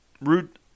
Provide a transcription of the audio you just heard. root